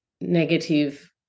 negative